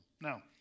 Now